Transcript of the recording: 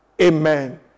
Amen